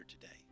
today